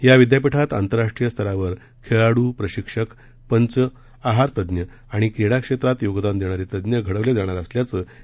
या विद्यापीठात आंतरराष्ट्रीय स्तरावर खेळाडू प्रशिक्षक पंच आहारतज्ज्ञ आणि क्रीडा क्षेत्रात योगदान देणारे तज्ज्ञ घडवण्यात येणार असल्याचं त्यांनी सांगितलं